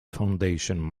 foundation